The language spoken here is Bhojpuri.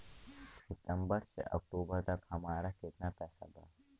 सितंबर से अक्टूबर तक हमार कितना पैसा बा?